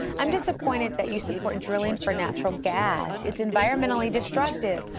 um disappointed that you support drilling for natural gas. its environmentally destructive.